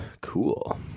Cool